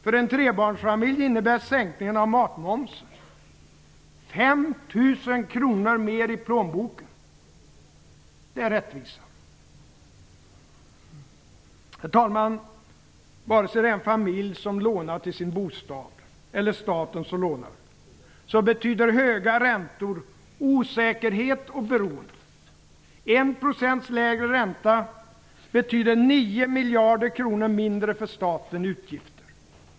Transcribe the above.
För en trebarnsfamilj innebär sänkningen av matmomsen 5 000 kr mer i plånboken. Det är rättvisa. Herr talman! Vare sig det är en familj som lånar till sin bostad eller staten som lånar betyder höga räntor osäkerhet och beroende. 1 % lägre ränta betyder 9 miljarder kronor mindre för staten i utgifter.